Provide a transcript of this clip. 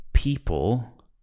people